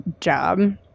job